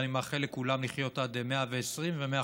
ואני מאחל לכולם לחיות עד 120 ו-150,